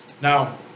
Now